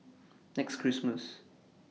next Christmas